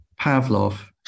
Pavlov